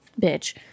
Bitch